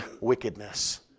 wickedness